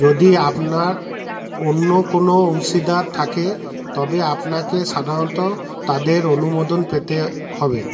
যদি আপনার অন্য কোনো অংশীদার থাকে তবে আপনাকে সাধারণত তাদের অনুমোদন পেতে হবে